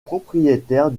propriétaire